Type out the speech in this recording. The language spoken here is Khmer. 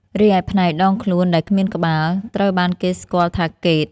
រីឯផ្នែកដងខ្លួនដែលគ្មានក្បាល ត្រូវបានគេស្គាល់ថា កេតុ ។